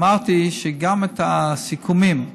אמרתי שגם את הסיכומים,